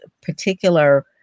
particular